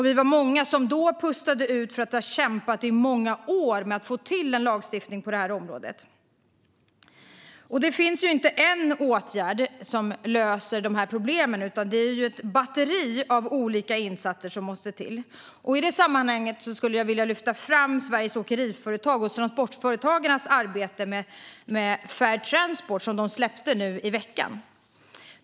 Vi var många som då pustade ut efter att ha kämpat i många år med att få till en lagstiftning på området. Det finns inte en åtgärd som löser de här problemen, utan det är ett batteri av olika insatser som måste till. I det sammanhanget skulle jag vilja lyfta fram Sveriges Åkeriföretags och Transportföretagens arbete med Fair Transport som släpptes i veckan.